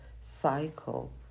cycle